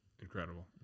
incredible